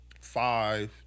five